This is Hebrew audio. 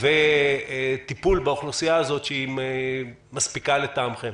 וטיפול באוכלוסייה הזאת, שהיא מספיקה לטעמכם?